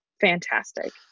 fantastic